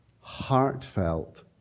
heartfelt